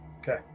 Okay